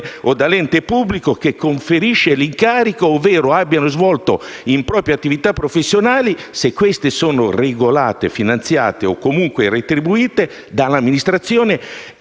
o dall'ente pubblico che conferisce l'incarico ovvero abbiano svolto in proprio attività professionali, se queste sono regolate, finanziate o comunque retribuite dall'amministrazione